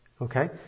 Okay